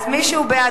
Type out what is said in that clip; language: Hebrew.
מי שהוא בעד,